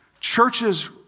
churches